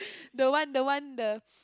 the one the one the